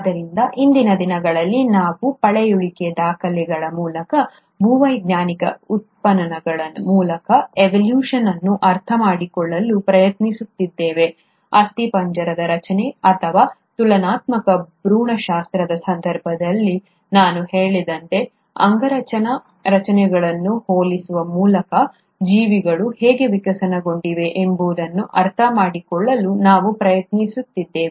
ಆದ್ದರಿಂದ ಇಂದಿನ ದಿನಗಳಲ್ಲಿ ನಾವು ಪಳೆಯುಳಿಕೆ ದಾಖಲೆಗಳ ಮೂಲಕ ಭೂವೈಜ್ಞಾನಿಕ ಉತ್ಖನನಗಳ ಮೂಲಕ ಎವೊಲ್ಯೂಶನ್ ಅನ್ನು ಅರ್ಥಮಾಡಿಕೊಳ್ಳಲು ಪ್ರಯತ್ನಿಸಿದ್ದೇವೆ ಅಸ್ಥಿಪಂಜರದ ರಚನೆ ಅಥವಾ ತುಲನಾತ್ಮಕ ಭ್ರೂಣಶಾಸ್ತ್ರದ ಸಂದರ್ಭದಲ್ಲಿ ನಾನು ಹೇಳಿದಂತೆ ಅಂಗರಚನಾ ರಚನೆಗಳನ್ನು ಹೋಲಿಸುವ ಮೂಲಕ ಜೀವಿಗಳು ಹೇಗೆ ವಿಕಸನಗೊಂಡಿವೆ ಎಂಬುದನ್ನು ಅರ್ಥಮಾಡಿಕೊಳ್ಳಲು ನಾವು ಪ್ರಯತ್ನಿಸಿದ್ದೇವೆ